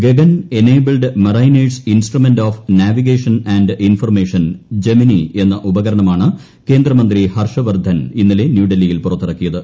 Gagan enabled mariners instrument of navigation and information Gemini എന്ന ഉപകരണമാണ് കേന്ദ്രമന്ത്രി ഹർഷ്വർദ്ധൻ ഇന്നുള്ള് ന്യൂഡൽഹിയിൽ പുറത്തിറക്കിയത്